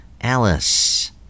Alice